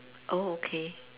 oh okay